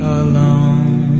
alone